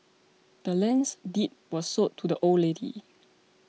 the land's deed was sold to the old lady